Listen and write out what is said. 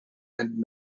and